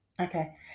okay